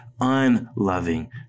unloving